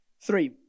three